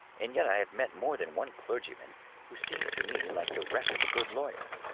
and yet i have met more than one clergy man who seemed to me like the wreck of a good lawyer.